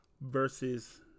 versus